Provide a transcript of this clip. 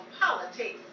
politics